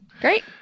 Great